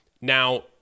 Now